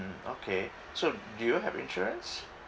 mm okay so do you have insurance